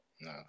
no